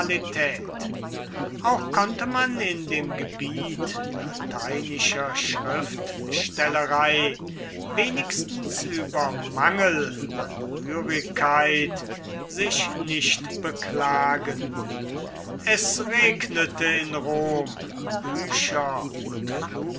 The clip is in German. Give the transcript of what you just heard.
auch konnte man in dem gebiet lateinischer schriftstellerei wenigstens über mangel an rührigkeit sich nicht beklagen es regnete in rom bücher und